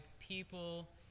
people